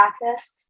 practice